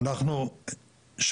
איפה אנחנו חיים?